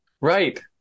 Right